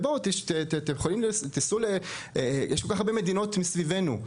תיסעו לכל כך הרבה מדינות סביבנו,